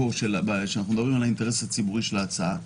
כשאנחנו מדברים על האינטרס הציבורי של ההצעה.